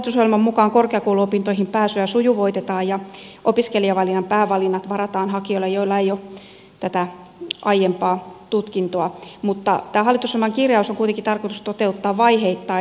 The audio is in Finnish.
hallitusohjelman mukaan korkeakouluopintoihin pääsyä sujuvoitetaan ja opiskelijavalinnan päävalinnat varataan hakijoille joilla ei ole tätä aiempaa tutkintoa mutta tämä hallitusohjelman kirjaus on kuitenkin tarkoitus toteuttaa vaiheittain